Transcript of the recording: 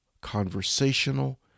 conversational